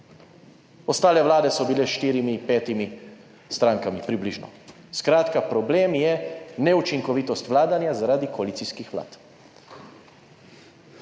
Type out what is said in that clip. Ostale vlade so bile s štiri, pet strankami približno. Skratka problem je neučinkovitost vladanja zaradi koalicijskih vlad.